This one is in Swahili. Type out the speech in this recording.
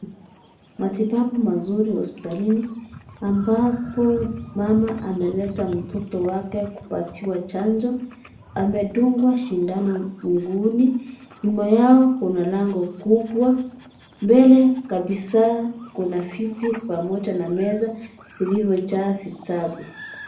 Matibabu mazuri hospitalini ambapo mama ameleta mtoto wake kupatiwa chanjo, amedungwa sindano mguuni , nyuma yao kuna lango kubwa, mbele kabisa kuna viti pamoja na meza zilizojaa vitabu.